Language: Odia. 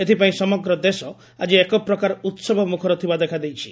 ଏଥପାଇଁ ସମଗ୍ର ଦେଶ ଆଜି ଏକପ୍ରକାର ଉହବମୁଖର ଥିବା ଦେଖାଯାଇଛି